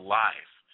life